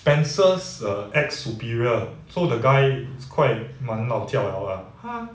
spencer's err ex-superior so the guy it's quite 蛮 lao jiao 了啦他